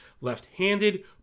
left-handed